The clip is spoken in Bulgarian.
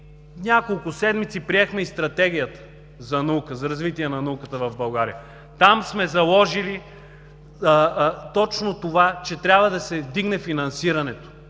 няколко седмици приехме и Стратегията за развитие на науката в България. Там сме заложили точно това, че трябва да се вдигне финансирането